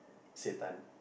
satan